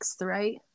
right